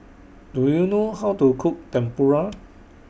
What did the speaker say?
Do YOU know How to Cook Tempura